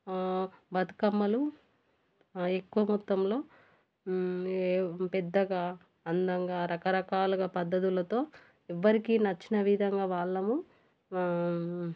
బతుకమ్మలు ఎక్కువ మొత్తంలో పెద్దగా అందంగా రకరకాలుగా పద్ధతులతో ఎవ్వరికీ నచ్చిన విధంగా వాళ్ళము